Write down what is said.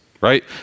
right